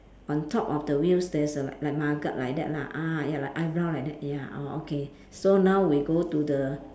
on top of the wheels there's a like like nugget like that lah ah ya like eyebrow like that ya oh okay so now we go to the